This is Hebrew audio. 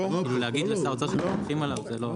להגיד לשר האוצר שלא סומכים עליו זה לא.